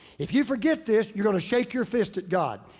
if you forget this, you're gonna shake your fist at god.